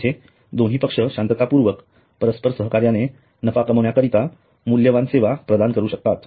येथे दोन्ही पक्ष शांततापुर्वक परस्पर सहकार्याने नफा कामविण्याकरिता मूल्यवान सेवा प्रदान करू शकतात